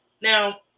Now